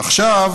עכשיו